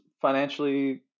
financially